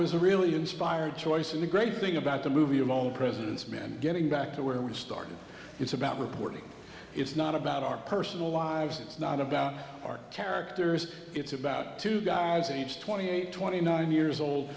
a really inspired choice and the great thing about the movie of all the president's men getting back to where we started it's about reporting it's not about our personal lives it's not about our characters it's about two guys aged twenty eight twenty nine years old